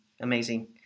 Amazing